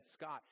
Scott